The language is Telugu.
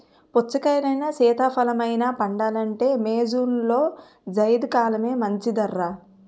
పుచ్చకాయలైనా, సీతాఫలమైనా పండాలంటే మే, జూన్లో జైద్ కాలమే మంచిదర్రా